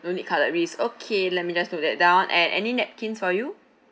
no need cutleries okay let me just note that down and any napkins for you